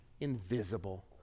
invisible